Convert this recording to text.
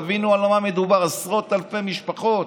תבינו על מה מדובר, עשרות אלפי משפחות,